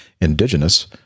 indigenous